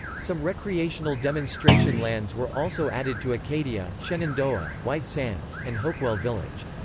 some recreational demonstration lands were also added to acadia, shenandoah, white sands, and hopewell village.